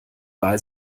bei